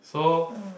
so